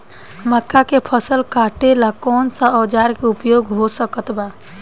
मक्का के फसल कटेला कौन सा औजार के उपयोग हो सकत बा?